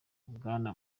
bwana